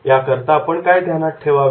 याकरता आपण काय ध्यानात ठेवावे